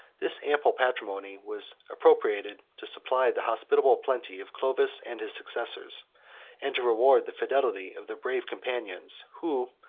this ample patrimony was appropriated to supply the hospitable plenty of clovis and his successors and to reward the fidelity of their brave companions who,